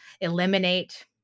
eliminate